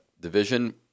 division